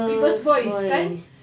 people's voice kan